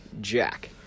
jack